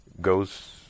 goes